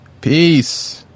Peace